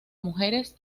mujeres